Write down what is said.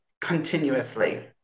continuously